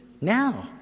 now